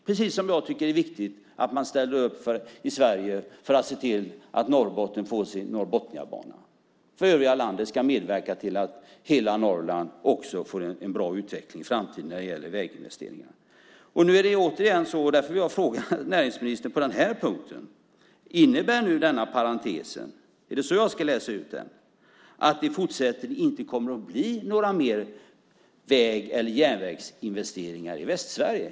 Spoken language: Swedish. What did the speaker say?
På samma sätt tycker jag att det är viktigt att man i Sverige ställer upp för att se till att Norrbotten får Norrbotniabanan. Övriga landet ska medverka till att hela Norrland också får en bra utveckling i framtiden när det gäller väginvesteringar. Jag vill ställa en fråga till näringsministern på den här punkten. Innebär denna parentes - är det på det sättet jag ska utläsa den - att det i fortsättningen inte kommer att bli några fler väg eller järnvägsinvesteringar i Västsverige?